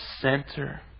center